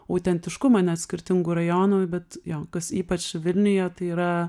autentiškumą ne skirtingų rajonų bet jo kas ypač vilniuje tai yra